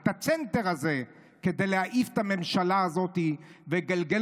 את הצענטער הזה כדי להעיף את הממשלה הזאת ולגלגל